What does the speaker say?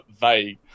vague